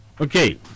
Okay